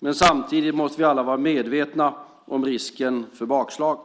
Men samtidigt måste vi alla vara medvetna om risken för bakslag.